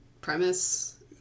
premise